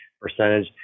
percentage